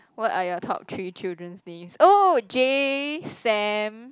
what are your top three children's names oh Jay Sam